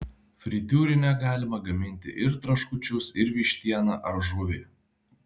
fritiūrine galima gaminti ir traškučius ir vištieną ar žuvį